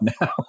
now